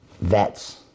vets